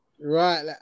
Right